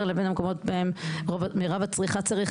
לבין המקומות שבהם את מירב הצריכה צריך